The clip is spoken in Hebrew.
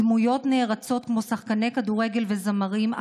דמויות נערצות כמו שחקני כדורגל וזמרים,